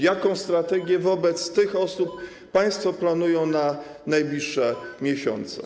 Jaką strategię wobec tych osób państwo planują na najbliższe miesiące?